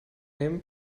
nehmen